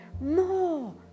more